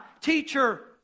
teacher